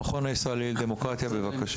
המכון הישראלי לדמוקרטיה, בבקשה.